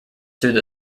through